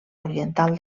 oriental